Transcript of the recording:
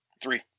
three